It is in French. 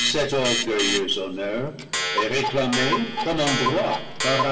cet orgueilleux honneur est réclamé comme un droit par